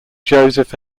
joseph